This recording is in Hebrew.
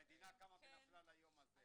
והורידו את עמלות הסליקה.